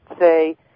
say